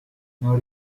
non